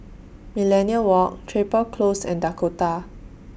Millenia Walk Chapel Close and Dakota